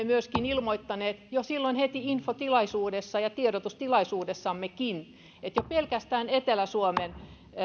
myöskin ilmoittaneet jo silloin heti infotilaisuudessa ja tiedotustilaisuudessammekin että jo pelkästään etelä suomen